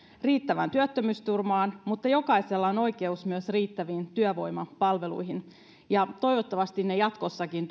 riittävään työttömyysturvaan mutta jokaisella on oikeus myös riittäviin työvoimapalveluihin toivottavasti ne jatkossakin